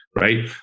right